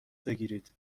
بگیرید